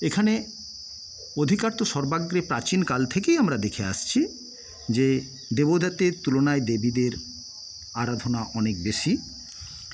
এখানে অধিকার তো সর্বাগ্রে প্রাচীন কাল থেকেই আমরা দেখে আসছি যে দেবতাদের তুলনায় দেবীদের আরাধনা অনেক বেশি